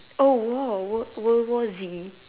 oh world uh world world war Z